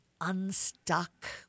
unstuck